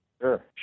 Sure